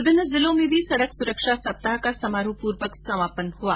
विभिन्न जिलों में भी सड़क सुरक्षा सप्ताह का समारोहपूर्वक समापन किया गया